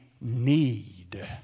need